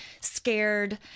scared